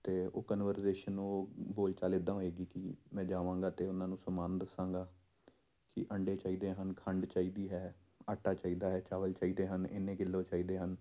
ਅਤੇ ਉਹ ਕਨਵਰਜੇਸ਼ਨ ਨੂੰ ਉਹ ਬੋਲ ਚਾਲ ਇੱਦਾਂ ਹੋਵੇਗੀ ਕਿ ਮੈਂ ਜਾਵਾਂਗਾ ਅਤੇ ਉਹਨਾਂ ਨੂੰ ਸਮਾਨ ਦੱਸਾਂਗਾ ਕਿ ਅੰਡੇ ਚਾਹੀਦੇ ਹਨ ਖੰਡ ਚਾਹੀਦੀ ਹੈ ਆਟਾ ਚਾਹੀਦਾ ਹੈ ਚਾਵਲ ਚਾਹੀਦੇ ਹਨ ਇੰਨੇ ਕਿਲੋ ਚਾਹੀਦੇ ਹਨ